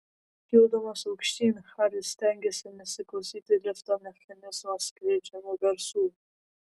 kildamas aukštyn haris stengėsi nesiklausyti lifto mechanizmo skleidžiamų garsų